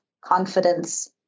confidence